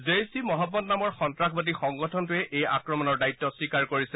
জেইশ এ মহম্মদ নামৰ সন্তাসবাদী সংগঠনটোৱে এই আক্ৰমণৰ দায়িত্ব স্বীকাৰ কৰিছে